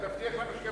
חבר הכנסת